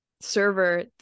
server